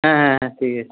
হ্যাঁ হ্যাঁ হ্যাঁ ঠিক আছে